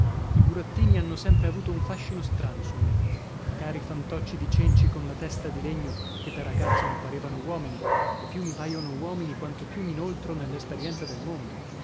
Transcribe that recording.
i burattini hanno sempre avuto un fascino strano su me cari fantocci di cenci con la testa di legno che da ragazzo mi parevano uomini e più mi paiono uomini quanto più m'inoltro nell'esperienza del mondo